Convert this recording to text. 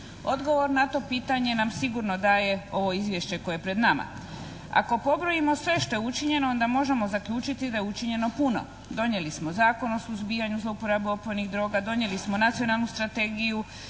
Odgovor na to pitanje nam sigurno daje ovo izvješće koje je pred nama. Ako pobrojimo sve što je učinjeno onda možemo zaključiti da je učinjeno puno. Donijeli smo Zakon o suzbijanju zlouporabe opojnih droga, donijeli smo Nacionalnu strategiju,